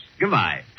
Goodbye